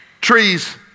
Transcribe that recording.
trees